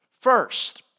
First